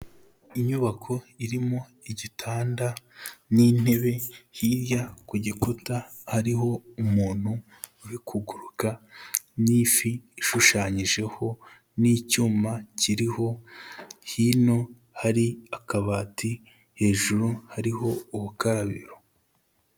Inyubako irimo igitanda n'intebe hirya ku gikuta hariho umuntu uri kuguruka n'ifi ishushanyijeho n'icyuma kiriho, hino hari akabati hejuru hariho ubukarabiro.